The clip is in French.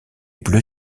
bleu